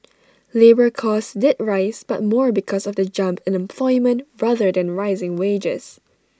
labour costs did rise but more because of the jump in employment rather than rising wages